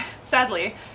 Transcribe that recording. Sadly